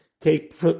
take